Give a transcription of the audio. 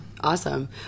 Awesome